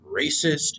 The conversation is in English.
racist